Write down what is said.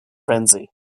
frenzy